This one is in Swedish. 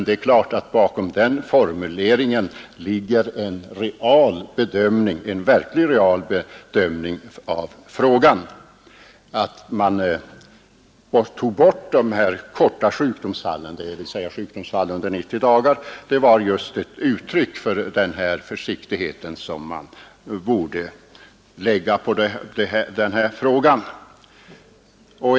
Det är klart att bakom denna formulering ligger en verklig bedömning av frågan. Att man tog bort de kortare sjukdomsfallen, dvs. sjukdom under 90 dagar, var just ett uttryck för den försiktighet som borde iakttagas i samband med denna fråga.